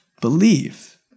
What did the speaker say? believe